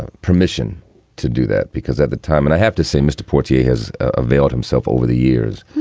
permission to do that because at the time and i have to say, mr. portier has availed himself over the years